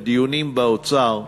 בדיונים באוצר,